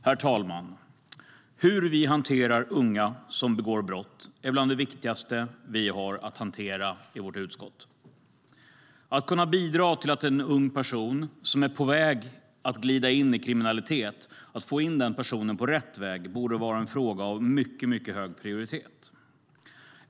Herr talman! Hur vi hanterar unga som begår brott är bland det viktigaste vi har att hantera i vårt utskott. Att kunna bidra till att få in en ung person, som är på väg att glida in i kriminalitet, på rätt väg borde vara en fråga av mycket hög prioritet.